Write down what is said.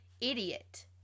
idiot